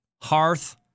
hearth